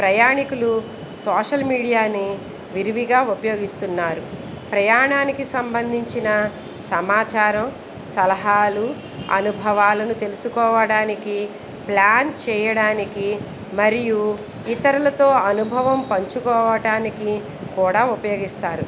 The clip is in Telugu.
ప్రయాణికులు సోషల్ మీడియాని విరివిగా ఉపయోగిస్తున్నారు ప్రయాణానికి సంబంధించిన సమాచారం సలహాలు అనుభవాలను తెలుసుకోవడానికి ప్లాన్ చేయడానికి మరియు ఇతరులతో అనుభవం పంచుకోవటానికి కూడా ఉపయోగిస్తారు